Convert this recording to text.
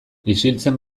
isiltzen